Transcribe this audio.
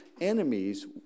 enemies